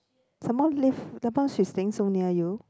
some more live the bus she staying so near you